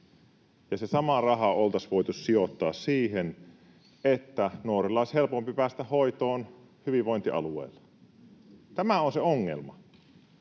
Se sama raha oltaisiin voitu sijoittaa siihen, että nuorten olisi helpompi päästä hoitoon hyvinvointialueilla. Tämä on se ongelma.